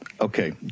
Okay